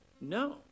No